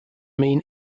mean